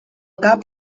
cap